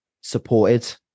supported